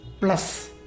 plus